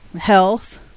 health